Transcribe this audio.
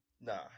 nah